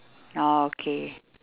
orh okay